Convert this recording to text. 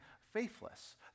faithless